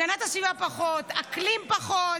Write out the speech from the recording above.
פחות, הגנת הסביבה, פחות, אקלים, פחות.